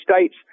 states